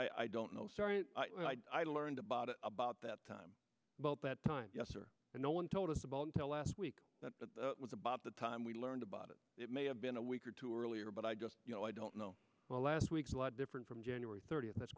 i don't know sorry i learned about it about that time but that time yes or no one told us about until last week that the by the time we learned about it it may have been a week or two earlier but i just you know i don't know why last week's a lot different from january thirtieth that's